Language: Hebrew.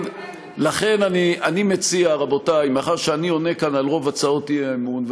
היית מגיש על זה אי-אמון,